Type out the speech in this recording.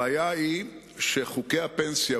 הבעיה היא שחוקי הפנסיה,